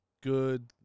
Good